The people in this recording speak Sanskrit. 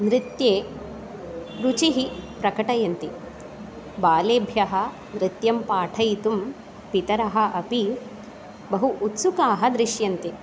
नृत्ये रुचिः प्रकटयन्ति बालेभ्यः नृत्यं पाठयितुं पितरः अपि बहु उत्सुकाः दृश्यन्ते